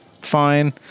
fine